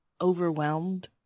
overwhelmed